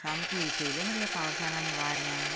सामकें विटयलें मरे ह्या पावसान आनी वाऱ्यान